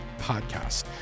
Podcast